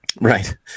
Right